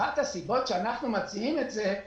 אחת הסיבות שאנחנו מציעים את זה היא